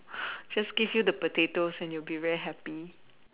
just give you the potatoes and you'll be very happy